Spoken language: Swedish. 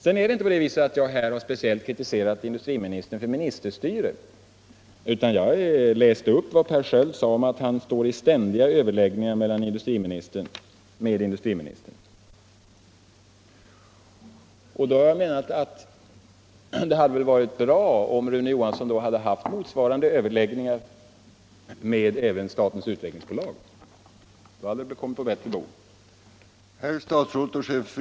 Sedan är det inte på det viset att jag här speciellt har kritiserat industriministern för ministerstyre, utan jag läste upp vad Per Sköld sade om att han står i ständiga överläggningar med industriministern. Det hade, menade jag, varit bra om Rune Johansson då haft motsvarande överläggningar med Svenska Utvecklingsaktiebolaget. Då hade det hela kommit på en bättre bog.